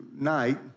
night